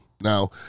Now